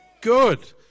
Good